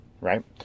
right